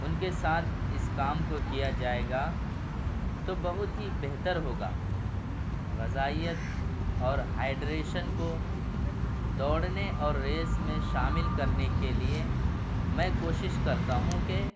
ان کے ساتھ اس کام کو کیا جائے گا تو بہت ہی بہتر ہوگا غذائیت اور ہائیڈریشن کو دوڑنے اور ریس میں شامل کرنے کے لیے میں کوشش کرتا ہوں کہ